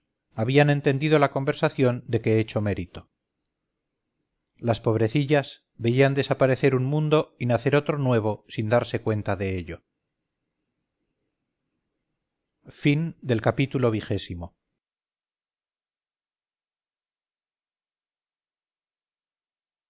doctora habíanentendido la conversación de que he hecho mérito las pobrecillas veían desaparecer un mundo y nacer otro nuevo sin darse cuenta de ello ii